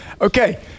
Okay